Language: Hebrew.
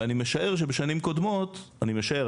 ואני משער שבשנים קודמות אני משער,